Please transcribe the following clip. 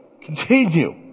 continue